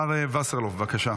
השר וסרלאוף, בבקשה.